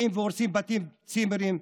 באים והורסים בתים וצימרים,